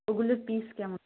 ওগুলোর পিস কেমন